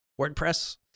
wordpress